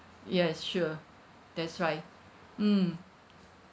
yes sure that's right mm